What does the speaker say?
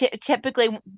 typically